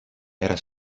era